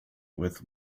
with